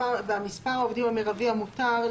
מספר העובדים המרבי המותר,